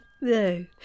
No